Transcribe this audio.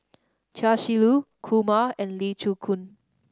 Chia Shi Lu Kumar and Lee Chin Koon